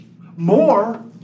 More